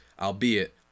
albeit